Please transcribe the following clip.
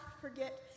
forget